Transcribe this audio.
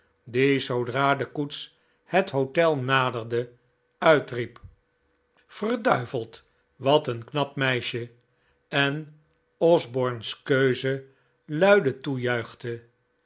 die zoodra de koets het hotel naderde uitriep verduiveld wat een knap meisje en osborne's keuze luide toejuichte